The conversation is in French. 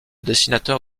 dessinateur